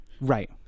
Right